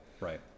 right